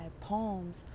poems